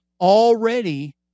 already